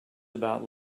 about